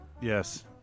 Yes